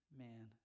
man